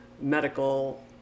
medical